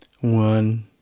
One